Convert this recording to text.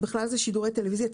ובכלל זה שידורי טלוויזיה,